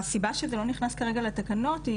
הסיבה שזה לא נכנס כרגע לתקנות היא